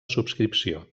subscripció